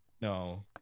No